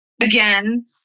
again